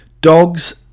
Dogs